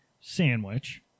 sandwich